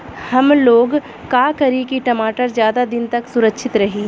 हमलोग का करी की टमाटर ज्यादा दिन तक सुरक्षित रही?